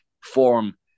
form